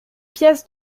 pièces